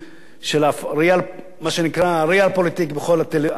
של מה שנקרא ה"ריאל פוליטיק" בכל הערוצים,